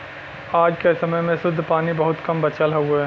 आज क समय में शुद्ध पानी बहुत कम बचल हउवे